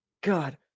God